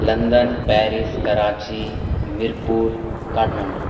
London Paris Karachi Mirpur Kathmandu